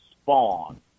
spawn